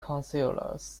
councillors